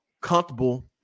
comfortable